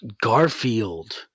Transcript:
Garfield